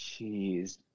Jeez